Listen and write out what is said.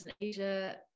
Asia